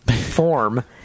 Form